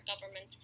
government